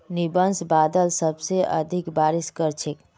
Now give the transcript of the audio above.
nimbus बादल सबसे अधिक बारिश कर छेक